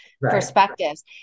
perspectives